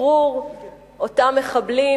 שחרור אותם מחבלים,